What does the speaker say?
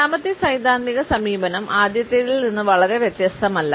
രണ്ടാമത്തെ സൈദ്ധാന്തിക സമീപനം ആദ്യത്തേതിൽ നിന്ന് വളരെ വ്യത്യസ്തമല്ല